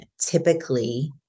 Typically